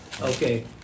Okay